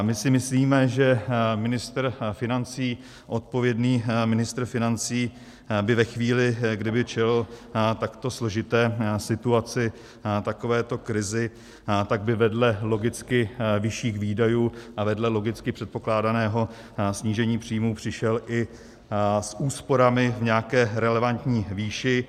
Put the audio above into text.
My si myslíme, že ministr financí, odpovědný ministr financí, by ve chvíli, kdy by čelil takto složité situaci, takovéto krizi, tak by vedle logicky vyšších výdajů a vedle logicky předpokládaného snížení příjmů přišel i s úsporami v nějaké relevantní výši.